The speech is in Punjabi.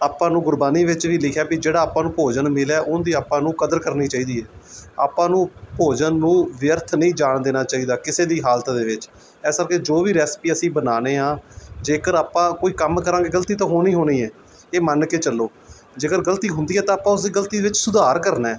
ਆਪਾਂ ਨੂੰ ਗੁਰਬਾਣੀ ਵਿੱਚ ਵੀ ਲਿਖਿਆ ਵੀ ਜਿਹੜਾ ਆਪਾਂ ਨੂੰ ਭੋਜਨ ਮਿਲਿਆ ਉਹਦੀ ਆਪਾਂ ਨੂੰ ਕਦਰ ਕਰਨੀ ਚਾਹੀਦੀ ਹੈ ਆਪਾਂ ਨੂੰ ਭੋਜਨ ਨੂੰ ਵਿਅਰਥ ਨਹੀਂ ਜਾਣ ਦੇਣਾ ਚਾਹੀਦਾ ਕਿਸੇ ਦੀ ਹਾਲਤ ਦੇ ਵਿੱਚ ਇਸ ਕਰਕੇ ਜੋ ਵੀ ਰੈਸਪੀ ਅਸੀਂ ਬਣਾਉਂਦੇ ਹਾਂ ਜੇਕਰ ਆਪਾਂ ਕੋਈ ਕੰਮ ਕਰਾਂਗੇ ਗਲਤੀ ਤਾਂ ਹੋਣੀ ਹੋਣੀ ਹੈ ਇਹ ਮੰਨ ਕੇ ਚੱਲੋ ਜੇਕਰ ਗਲਤੀ ਹੁੰਦੀ ਹੈ ਤਾਂ ਆਪਾਂ ਉਸ ਗਲਤੀ ਵਿੱਚ ਸੁਧਾਰ ਕਰਨਾ